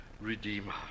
Redeemer